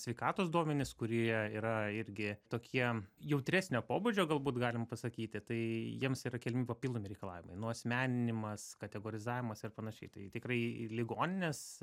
sveikatos duomenis kurie yra irgi tokie jautresnio pobūdžio galbūt galim pasakyti tai jiems yra keliami papildomi reikalavimai nuasmeninimas kategorizavimas ir panašiai tai tikrai ir ligoninės